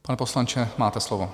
Pane poslanče, máte slovo.